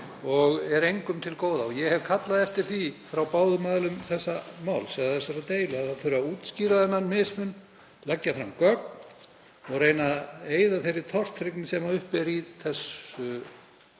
og er engum til góða. Ég hef kallað eftir því frá báðum aðilum þessarar deilu að það þurfi að útskýra þennan mismun, leggja fram gögn og reyna að eyða þeirri tortryggni sem uppi er í þessu